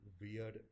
weird